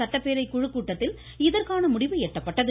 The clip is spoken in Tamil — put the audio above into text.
சட்டப்பேரவை குழுகூட்டத்தில் இதற்கான முடிவு எட்டப்பட்டது